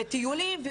טיולים,